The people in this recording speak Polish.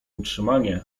utrzymanie